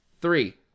three